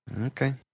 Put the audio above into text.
Okay